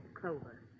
Clover